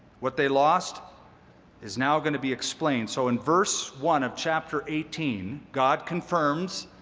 what they lost is now going to be explained. so in verse one of chapter eighteen, god confirms,